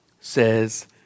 says